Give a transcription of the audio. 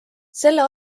selle